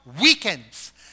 weekends